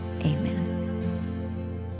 amen